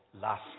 last